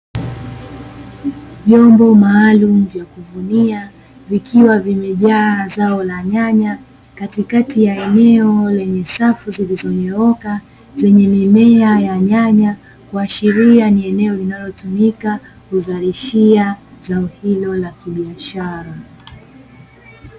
Vyombo maalumu vya kuvunia vikiwa vimejaa zao la nyanya, katikati ya eneo lenye safu zilizonyooka, zenye mimea ya nyanya kuashiria ni eneo linalotumika kuzalishia zao hilo la kibiashara.